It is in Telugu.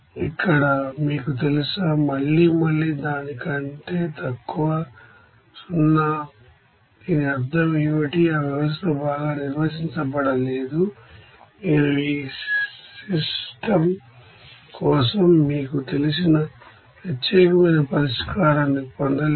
ఇక్కడ మీకు తెలుసా మళ్ళీ మళ్ళీ దాని కంటే తక్కువ 0 దీని అర్థం ఏమిటి ఆ వ్యవస్థ బాగా నిర్వచించబడలేదు మీరు ఈ సిస్టమ్ కోసం మీకు తెలిసిన ప్రత్యేకమైన పరిష్కారాన్ని పొందలేరు